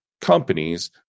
companies